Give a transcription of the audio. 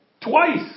twice